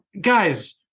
guys